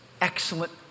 excellent